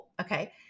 okay